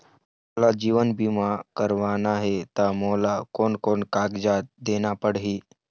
मोला जीवन बीमा करवाना हे ता मोला कोन कोन कागजात देना पड़ही?